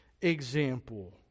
example